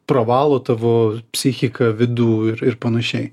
pravalo tavo psichiką vidų ir ir panašiai